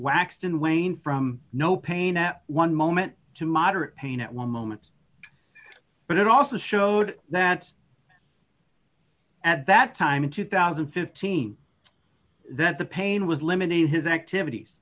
waxed and waned from no pain at one moment to moderate pain at one moment but it also showed that at that time in two thousand and fifteen that the pain was limiting his activities